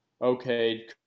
okay